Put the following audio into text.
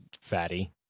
Fatty